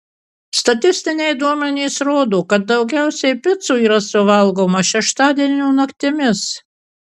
statistiniai duomenys rodo kad daugiausiai picų yra suvalgomą šeštadienio naktimis